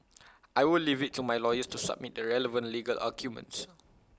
I will leave IT to my lawyers to submit the relevant legal arguments